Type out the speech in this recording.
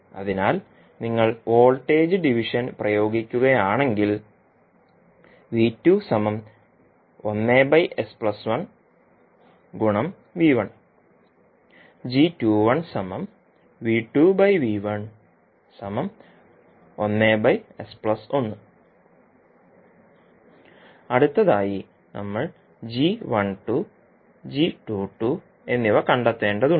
അതിനാൽ നിങ്ങൾ voltage division പ്രയോഗിക്കുകയാണെങ്കിൽ അടുത്തതായി നമ്മൾ എന്നിവ കണ്ടെത്തേണ്ടതുണ്ട്